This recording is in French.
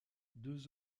deux